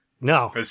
No